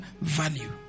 value